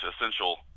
essential